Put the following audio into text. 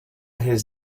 his